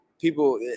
people